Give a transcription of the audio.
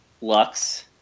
lux